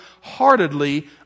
heartedly